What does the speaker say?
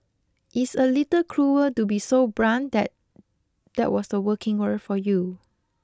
it's a little cruel to be so blunt that that was the working world for you